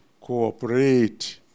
Cooperate